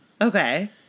Okay